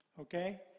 Okay